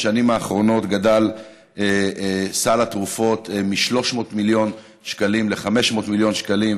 בשנים האחרונות גדל סל התרופות מ-300 מיליון שקלים ל-500 מיליון שקלים,